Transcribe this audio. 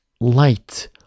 light